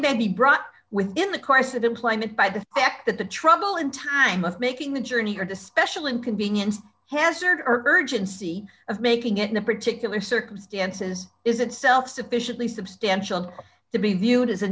brought within the course of employment by the fact that the trouble in time of making the journey or the special inconvenience hazard urgency of making it in the particular circumstances is itself sufficiently substantial to be viewed as an